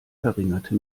verringerte